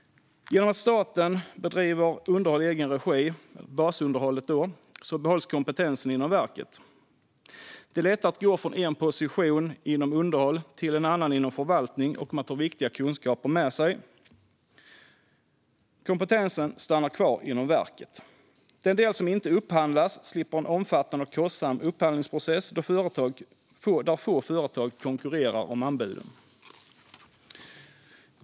Genom att staten bedriver basunderhåll i egen regi behålls kompetensen inom verket. Det är lättare att gå från en position inom underhåll till en annan inom förvaltning, och man tar viktiga kunskaper med sig. Kompetensen stannar kvar inom verket. Den del som inte upphandlas slipper en omfattande och kostsam upphandlingsprocess där få företag konkurrerar om anbuden.